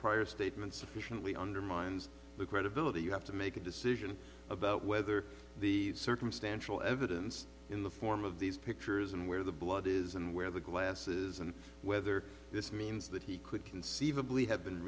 prior statement sufficiently undermines the credibility you have to make a decision about whether the circumstantial evidence in the form of these pictures and where the blood is and where the glasses and whether this means that he could conceivably have been